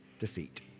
Defeat